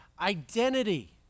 identity